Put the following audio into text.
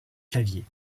claviers